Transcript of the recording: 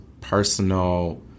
personal